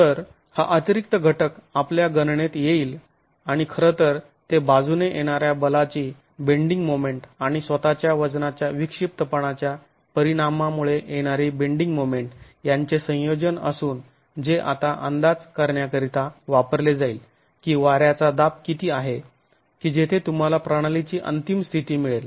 तर हा अतिरिक्त घटक आपल्या गणनेत येईल आणि खरं तर ते बाजूने येणाऱ्या बलाची बेंडिंग मोमेंट आणि स्वतःच्या वजनाच्या विक्षिप्तपणाच्या परिणामामुळे येणारी बेंडिंग मोमेंट यांचे संयोजन असून जे आता अंदाज करण्याकरिता वापरले जाईल की वाऱ्याचा दाब किती आहे की जेथे तुम्हाला प्रणालीची अंतिम स्थिती मिळेल